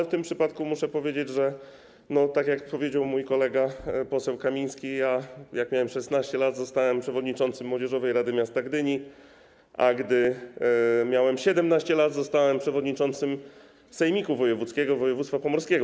W tym przypadku muszę powiedzieć, że - tak jak powiedział mój kolega poseł Kamiński - gdy miałem 16 lat, zostałem przewodniczącym Młodzieżowej Rady Miasta Gdyni, a gdy miałem 17 lat, zostałem przewodniczącym Młodzieżowego Sejmiku Województwa Pomorskiego.